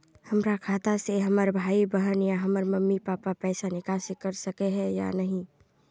हमरा खाता से हमर भाई बहन या हमर मम्मी पापा पैसा निकासी कर सके है या नहीं?